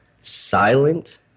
Silent